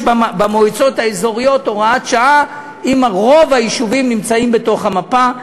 יש במועצות האזוריות הוראת שעה ורוב היישובים נמצאים בתוך המפה.